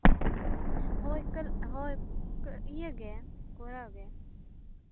ᱦᱳᱭ ᱦᱳᱭ ᱤᱭᱟᱹᱜᱮ ᱠᱚᱨᱟᱣ ᱜᱮ